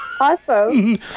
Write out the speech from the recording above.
awesome